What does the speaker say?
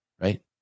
right